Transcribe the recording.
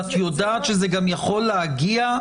ואת יודעת שזה גם יכול להגיע,